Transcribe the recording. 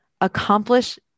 accomplish